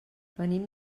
venim